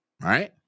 Right